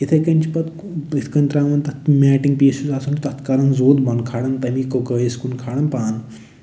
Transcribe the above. یِتھٕے کٔنۍ چھِ پَتہٕ یِتھٕ کٔنۍ ترٛاوان تَتھ میٹِنٛگ پیٖسٕز آسان تَتھ کَرُن زوٚد بۅنہٕ کھاران تمی کُوکٲیِس کُن کھاران پَن